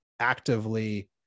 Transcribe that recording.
actively